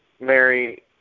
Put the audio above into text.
Mary